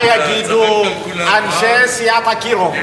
מה יגידו אנשי סיעת אקירוב.